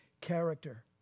character